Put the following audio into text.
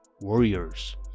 warriors